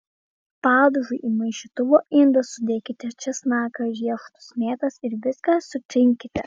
padažui į maišytuvo indą sudėkite česnaką riešutus mėtas ir viską sutrinkite